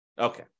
Okay